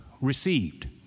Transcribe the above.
received